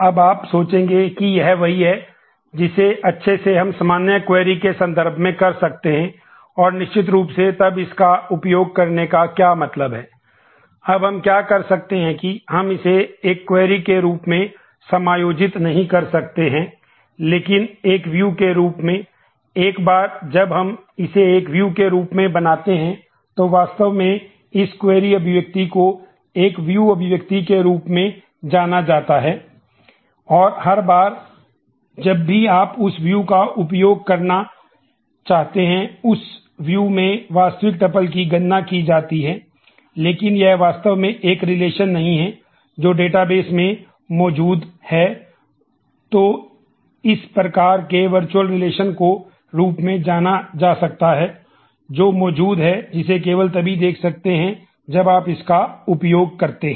अब आप सोचेंगे कि यह वही है जिसे अच्छे से हम सामान्य क्वेरी के रूप में माना जा सकता है जो मौजूद है जिसे केवल तभी देख सकते हैं जब आप इसका उपयोग करते हैं